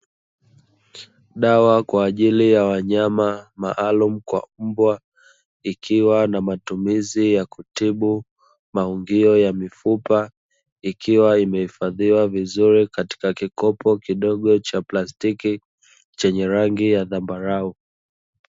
Dawa kwa ajili ya wanyama maalumu kwa mbwa, ikiwa na matumizi ya kutibu maungio ya mifupa, ikiwa imehifadhiwa vizuri katika kikopo kidogo cha plastiki, chenye rangi ya zambarau.